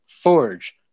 Forge